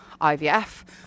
IVF